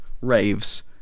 raves